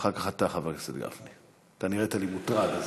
אחר כך אתה, חבר הכנסת גפני, אתה נראית לי מוטרד.